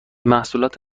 محصولات